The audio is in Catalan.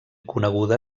coneguda